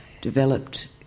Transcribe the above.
developed